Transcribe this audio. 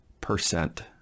percent